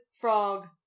frog